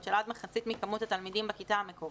של עד מחצית מכמות התלמידים בכיתה המקורית.